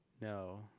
No